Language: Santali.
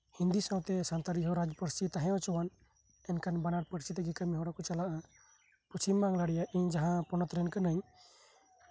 ᱦᱤᱱᱫᱤ ᱥᱟᱶᱛᱮ ᱥᱟᱱᱛᱟᱲᱤ ᱨᱟᱡᱽ ᱯᱟᱹᱨᱥᱤ ᱛᱟᱸᱦᱮ ᱦᱚᱪᱚᱣᱟᱱ ᱮᱱᱠᱷᱟᱱ ᱵᱟᱱᱟᱨ ᱯᱟᱹᱨᱥᱤ ᱛᱮᱜᱮ ᱦᱚᱲ ᱠᱚ ᱪᱟᱞᱟᱜᱼᱟ ᱯᱚᱥᱪᱷᱤᱢ ᱵᱟᱝᱞᱟ ᱨᱮᱭᱟᱜ ᱤᱧ ᱡᱟᱸᱦᱟ ᱯᱚᱱᱚᱛ ᱨᱮᱱ ᱠᱟᱹᱱᱟᱹᱧ